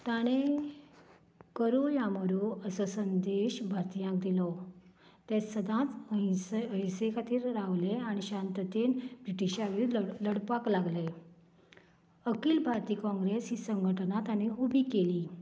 ताणे करो या मरो असो संदेश भारतीयांक दिलो ते सदांच अहिंस अहिंसे खातीर रावले आनी शांततेन ब्रिटिशां कडेन लड लडपाक लागले अखिल भारतीय काँग्रेस ही संघटना ताणें उबी केली